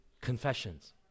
confessions